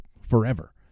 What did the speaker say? forever